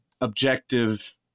objective